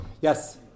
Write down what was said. Yes